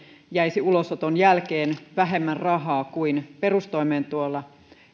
jäisi ulosoton jälkeen vähemmän rahaa kuin perustoimeentulolla